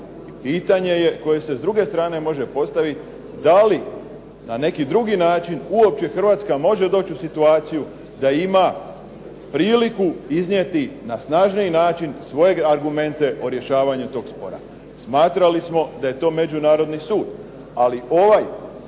pitanje je koje se s druge strane može postaviti da li na neki drugi način uopće Hrvatska može doći u situaciju da ima priliku iznijeti na snažniji način svoje argumente o rješavanju tog spora. Smatrali smo da je to međunarodni sud, ali ovaj